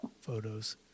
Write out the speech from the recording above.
photos